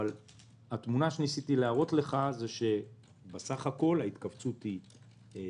אבל התמונה שניסיתי להראות לך היא שבסך הכול ההתכווצות היא קטנה.